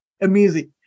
amazing